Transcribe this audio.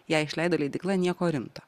ją išleido leidykla nieko rimto